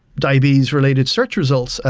diabetes related search results, ah